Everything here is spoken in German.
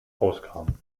auskamen